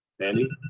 and